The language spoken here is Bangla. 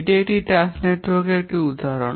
এটি একটি টাস্ক নেটওয়ার্কের একটি উদাহরণ